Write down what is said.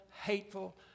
hateful